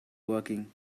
walking